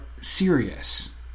serious